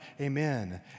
amen